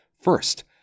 First